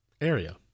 area